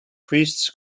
priests